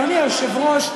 אדוני היושב-ראש,